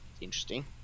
Interesting